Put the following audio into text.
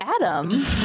adam